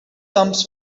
comes